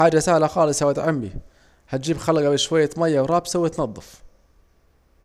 حاجة سهلة خالص يا واد عمي، هتجيب خلجة شوية رابسو وتنضف